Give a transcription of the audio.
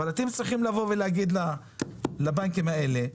אבל אתם צריכים להגיד לבנקים האלה: